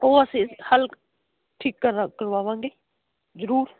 ਉਹ ਅਸੀਂ ਹਲ ਠੀਕ ਕਰ ਕਰਵਾ ਵਾਂਗੇ ਜ਼ਰੂਰ